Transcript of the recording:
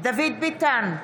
דוד ביטן,